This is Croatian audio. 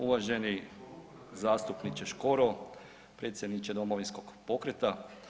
Uvaženi zastupniče Škoro, predsjedniče Domovinskog pokreta.